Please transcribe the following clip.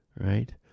right